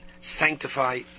sanctify